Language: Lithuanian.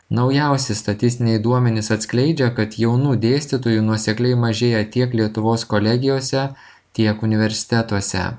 naujausi statistiniai duomenys atskleidžia kad jaunų dėstytojų nuosekliai mažėja tiek lietuvos kolegijose tiek universitetuose